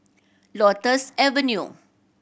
Lotus Avenue